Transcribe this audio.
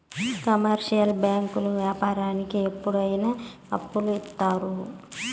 commercial బ్యాంకులు వ్యాపారానికి ఎప్పుడు అయిన అప్పులు ఇత్తారు